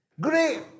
great